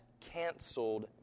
canceled